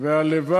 זה לא מדויק.